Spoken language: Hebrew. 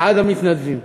מצעד המתנדבים,